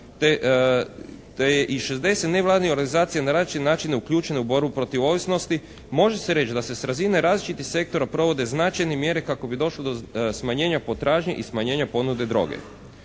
je i 60 nevladinih organizacija na različite načine uključeno u borbu protiv ovisnosti može se reći da se s razine različitih sektora provode značajne mjere kako bi došlo do smanjenja potražnje i smanjenja ponude droge.